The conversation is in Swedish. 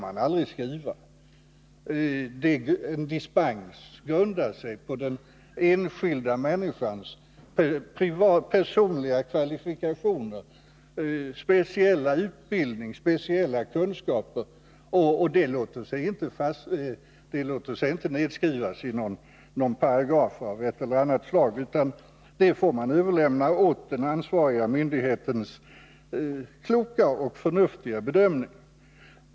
En dispens grundar sig på den enskilda människans personliga kvalifikationer, speciella utbildning och speciella kunskaper. Sådant låter sig inte nedskrivas i paragrafer av ett eller annat slag, utan detta får man överlämna åt den ansvariga myndighetens kloka och förnuftiga bedömning.